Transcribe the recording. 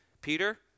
Peter